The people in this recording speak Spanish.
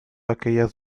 aquellas